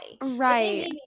Right